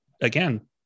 again